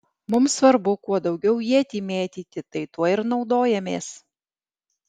mums svarbu kuo daugiau ietį mėtyti tai tuo ir naudojamės